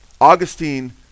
augustine